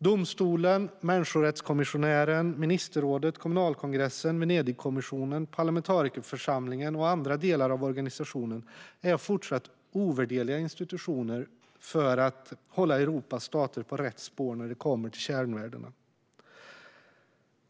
Domstolen, människorättskommissionären, ministerrådet, kommunalkongressen, Venedigkommissionen, parlamentarikerförsamlingen och andra delar av organisationen är fortfarande ovärderliga institutioner för att hålla Europas stater på rätt spår när det kommer till kärnvärden.